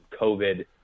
COVID